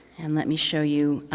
and let me show you,